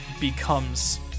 becomes